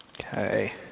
okay